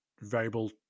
variable